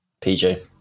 PJ